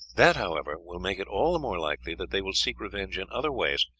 that, however, will make it all the more likely that they will seek revenge in other ways,